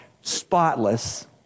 spotless